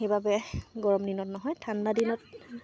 সেইবাবে গৰম দিনত নহয় ঠাণ্ডা দিনত